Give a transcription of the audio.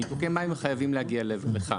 ניתוק מים חייבים להגיע לכאן.